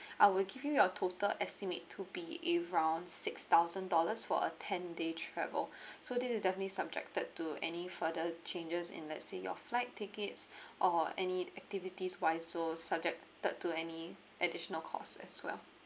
I will give you your total estimate to be around six thousand dollars for a ten day travel so this is definitely subjected to any further changes in let's say your flight tickets or any activities while also subjected to any additional costs as well